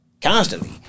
constantly